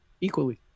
equally